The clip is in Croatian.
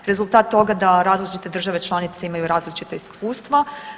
Rezultat toga da različite države članice imaju različita iskustva.